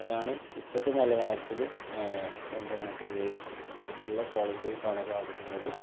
അതാണ് ഇപ്പോഴത്തെ നിലവാരത്തില് എൻ്റെ നാട്ടിലുള്ള അടുത്തുള്ള കോളേജുകളില് കാണാൻ സാധിക്കുന്നത്